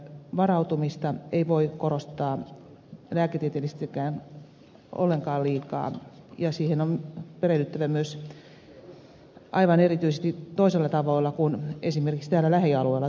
varautumista ei voi korostaa lääketieteellisestikään ollenkaan liikaa ja siihen on perehdyttävä myös aivan erityisesti toisilla tavoilla kuin esimerkiksi täällä lähialueilla toimittaessa